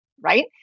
right